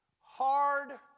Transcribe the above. Hard